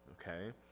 okay